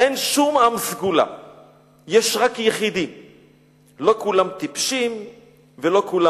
"אין שום עם סגולה / יש רק יחידים / לא כולם טיפשים ולא כולם